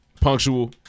Punctual